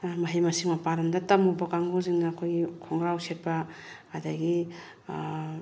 ꯃꯍꯩ ꯃꯁꯤꯡ ꯃꯄꯥꯟ ꯂꯣꯝꯗ ꯇꯝꯂꯨꯕ ꯀꯥꯡꯕꯨꯁꯤꯡꯅ ꯑꯩꯈꯣꯏꯒꯤ ꯈꯣꯡꯒ꯭ꯔꯥꯎ ꯁꯦꯠꯄ ꯑꯗꯒꯤ